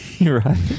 right